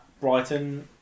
Brighton